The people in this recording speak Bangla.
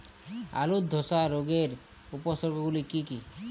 আলুর ধসা রোগের উপসর্গগুলি কি কি?